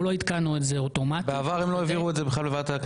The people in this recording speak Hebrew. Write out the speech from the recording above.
למה בכנסת הקודמת זה לא עבר דרך ועדת הכנסת?